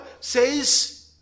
says